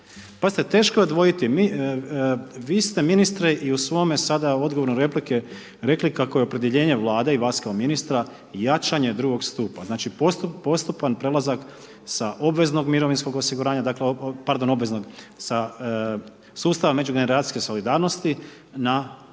teško je odvojiti, vi ste ministre i u svome sada odgovoru na replike rekli kako je opredjeljenje Vlade i vas kao ministra, jačanje drugog stupa. Znači postupan prelazak sa obveznog mirovinskog osiguranja,